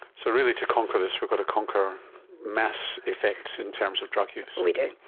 so really to conquer this we've got to conquer mass affects in terms of drug use. we do.